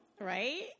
Right